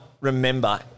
remember